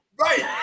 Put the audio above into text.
Right